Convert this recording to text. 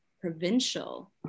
Provincial